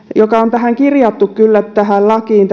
joka on kirjattu kyllä tähän lakiin